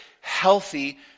healthy